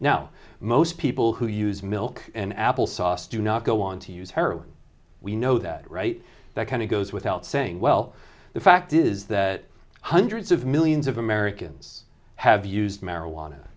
now most people who use milk in applesauce do not go on to use heroin we know that right that kind of goes without saying well the fact is that hundreds of millions of americans have used marijuana